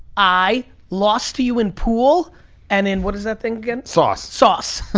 i lost to you in pool and in, what is that thing, again? sauce. sauce.